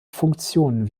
funktionen